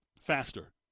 faster